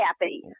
happy